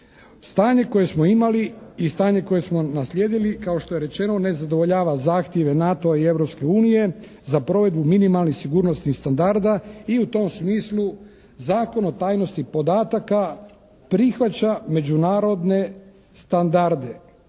Stanje koje smo imali i stanje koje smo naslijedili kao što je rečeno ne zadovoljava zahtjeve NATO-a i Europske unije za provedbu minimalnih sigurnosnih standarda i u tom smislu Zakon o tajnosti podataka prihvaća međunarodne standarde